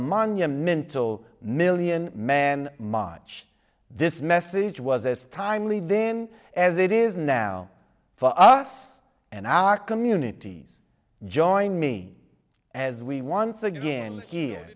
monumental million man march this message was as timely then as it is now for us and our communities join me as we once again he